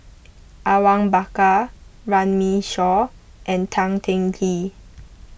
Awang Bakar Runme Shaw and Tan Teng Kee